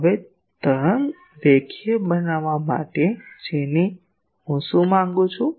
હવે તરંગ રેખીય બનવા માટે જેની હું શું માગું છું